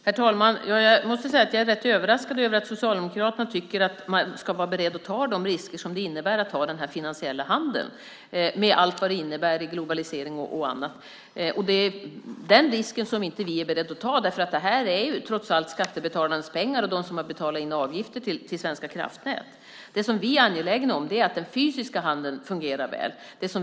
Herr talman! Jag är rätt överraskad över att Socialdemokraterna tycker att man ska vara beredd att ta de risker som det innebär att ha den här finansiella handeln med allt vad det innebär med globalisering och annat. Den risken är inte vi beredda att ta, för det här handlar trots allt om skattebetalarnas pengar och dem som har betalat in avgifter till Svenska kraftnät. Vi är angelägna om att den fysiska handeln fungerar väl.